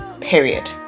period